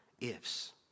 ifs